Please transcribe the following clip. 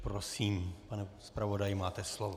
Prosím, pane zpravodaji, máte slovo.